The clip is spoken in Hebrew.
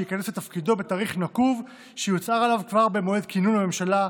שייכנס לתפקידו בתאריך נקוב שיוצהר עליו כבר במועד כינון הממשלה,